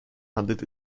handelt